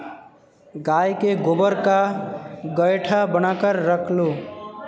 गाय के गोबर का गोएठा बनाकर रख लो